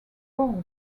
bowler